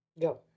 go